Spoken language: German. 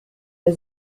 der